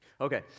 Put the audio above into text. Okay